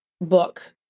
book